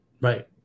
Right